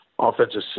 offensive